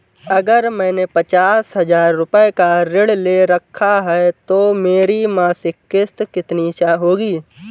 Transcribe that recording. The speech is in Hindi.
अगर मैंने पचास हज़ार रूपये का ऋण ले रखा है तो मेरी मासिक किश्त कितनी होगी?